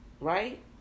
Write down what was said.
right